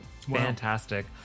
fantastic